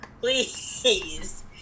please